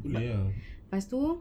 lepas tu